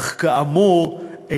אך כאמור,